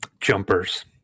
jumpers